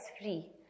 free